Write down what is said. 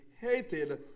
hated